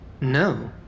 No